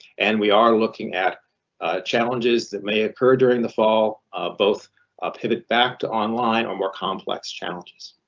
and we are looking at challenges that may occur during the fall both ah pivot back to online or more complex challenges.